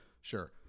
Sure